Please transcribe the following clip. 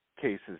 cases